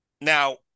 Now